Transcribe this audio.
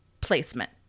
placement